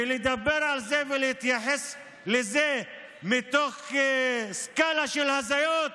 ולדבר על זה ולהתייחס לזה מתוך סקלה של הזיות?